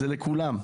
זה לכולם,